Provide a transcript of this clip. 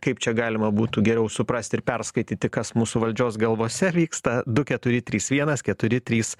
kaip čia galima būtų geriau suprasti ir perskaityti kas mūsų valdžios galvose vyksta du keturi trys vienas keturi trys